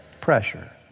pressure